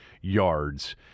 yards